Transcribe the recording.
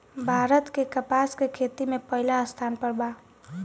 भारत के कपास के खेती में पहिला स्थान पर बा